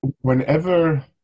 Whenever